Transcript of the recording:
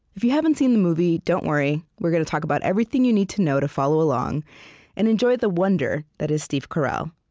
if you haven't seen the movie, don't worry. we're going talk about everything you need to know to follow along and enjoy the wonder that is steve carell